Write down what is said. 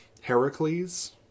Heracles